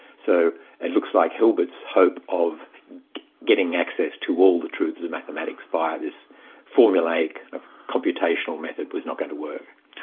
so it looks like hilbert's hope of getting access to all the truths in mathematics via this formulaic computational method was not going to work.